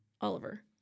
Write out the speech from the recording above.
Oliver